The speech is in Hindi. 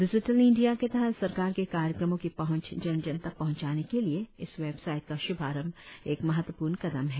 डिजिटल इंडिया के तहत सरकार के कार्यक्रमों की पहुंच जन जन तक पहुंचाने के लिए इस वेबसाईट का श्भारंभ एक महत्वपूर्ण कदम है